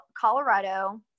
Colorado